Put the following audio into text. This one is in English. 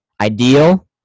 ideal